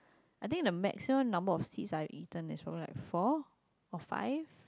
I think the maximum number of seeds I have eaten is probably four or five